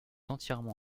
entièrement